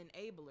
enabler